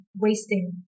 wasting